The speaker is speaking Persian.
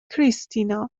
کریستینا